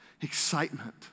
excitement